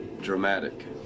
dramatic